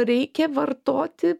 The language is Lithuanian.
reikia vartoti